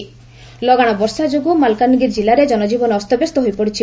ଲଗାଣ ବଷା ଲଗାଣ ବର୍ଷା ଯୋଗୁଁ ମାଲକାନଗିରି ଜିଲ୍ଲୁରେ ଜନଜୀବନ ଅସ୍ତବ୍ୟସ୍ତ ହୋଇପଡ଼ିଛି